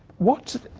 what